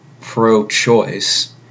pro-choice